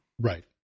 Right